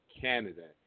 Canada